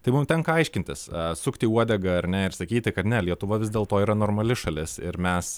tai mum tenka aiškintis sukti uodegą ar ne ir sakyti kad ne lietuva vis dėlto yra normali šalis ir mes